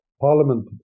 Parliament